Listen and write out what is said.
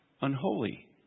Unholy